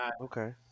Okay